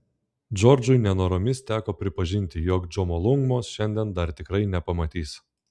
džordžui nenoromis teko pripažinti jog džomolungmos šiandien dar tikrai nepamatys